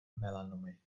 melanomy